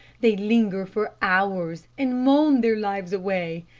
they linger for hours, and moan their lives away.